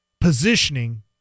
positioning